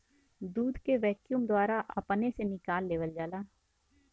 दूध के वैक्यूम द्वारा अपने से निकाल लेवल जाला